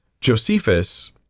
Josephus